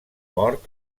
mort